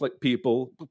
people